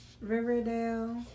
Riverdale